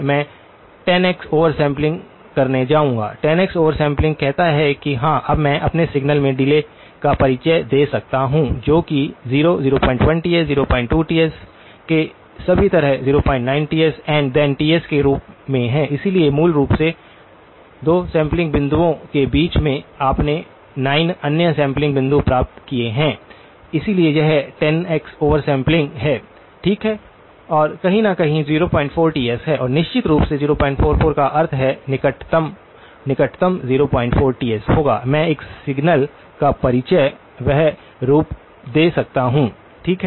मैं 10x over sampling करने जाऊंगा 10 x ओवर सैंपलिंग कहता है कि हां अब मैं अपने सिग्नल में डिले का परिचय दे सकता हूं जो कि 0 01Ts 02Ts के सभी तरह 09Ts and then Ts के रूप में है इसलिए मूल रूप से 2 सैंपलिंग बिंदुओं के बीच में आपने 9 अन्य सैंपलिंग बिंदु प्राप्त किए हैं इसलिए यह 10x ओवर सैंपलिंग है ठीक और कहीं न कहीं 04Ts है और निश्चित रूप से 044 का अर्थ है कि निकटतम निकटतम 04Ts होगा मैं एक सिग्नल का परिचय वह रूप दे सकता हूं ठीक है